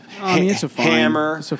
hammer